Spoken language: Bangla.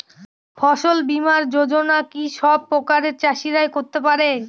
ফসল বীমা যোজনা কি সব প্রকারের চাষীরাই করতে পরে?